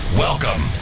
Welcome